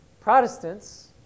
Protestants